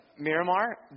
Miramar